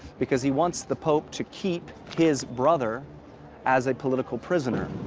because he wants the pope to keep his brother as a political prisoner.